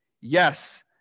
Yes